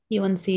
UNC